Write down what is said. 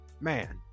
Man